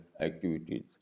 activities